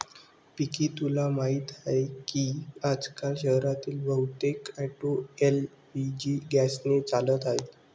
पिंकी तुला माहीत आहे की आजकाल शहरातील बहुतेक ऑटो एल.पी.जी गॅसने चालत आहेत